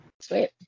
Sweet